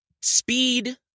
Speed